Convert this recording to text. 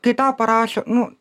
kai tau parašo nu